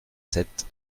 sept